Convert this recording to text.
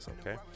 okay